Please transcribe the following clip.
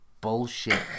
bullshit